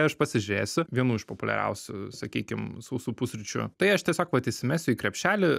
aš pasižiūrėsiu vienų iš populiariausių sakykim sausų pusryčių tai aš tiesiog vat įsimesiu į krepšelį